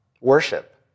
worship